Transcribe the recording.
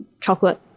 chocolate